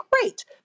great